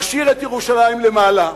נשאיר את ירושלים למעלה,